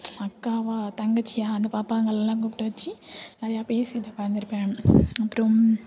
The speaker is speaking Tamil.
அக்காவாக தங்கச்சியாக அந்த பாப்பாங்கள்லாம் கூப்பிட்டு வச்சு நிறைய பேசிகிட்டு உக்காந்துருப்பேன் அப்புறோம்